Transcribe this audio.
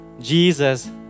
Jesus